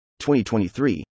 2023